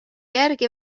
järgi